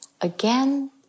again